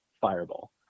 fireball